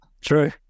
True